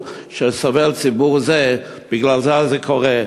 שממנה סובל ציבור זה, בגלל זה זה קורה.